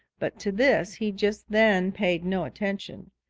but to this he just then paid no attention.